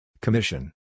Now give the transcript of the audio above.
Commission